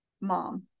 mom